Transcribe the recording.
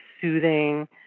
soothing